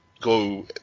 go